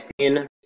seen